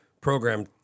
program